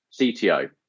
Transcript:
CTO